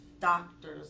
doctors